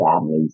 families